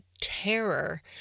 terror